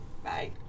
Bye